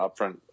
upfront